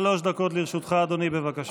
שלוש דקות לרשותך, אדוני, בבקשה.